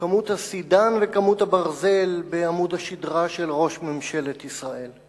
כמות הסידן וכמות הברזל בעמוד השדרה של ראש ממשלת ישראל.